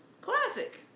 Classic